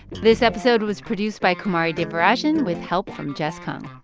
this episode was produced by kumari devarajan with help from jess kung.